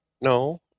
No